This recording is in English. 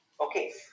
okay